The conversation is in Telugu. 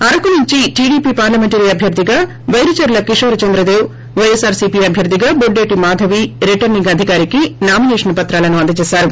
అరుకు నుంచి టిడిప్ పార్లమెంటరీ అభ్యర్గిగా పైరిచర్ల కిషోర్ చంద్రదేవ్ వైఎస్సార్ సిపి అభ్యర్గిగా బొడ్డేటి మాధవ్ రిటర్సి ంగ్అధికారికి నామిసేషన్ పత్రాలు అందచేశారు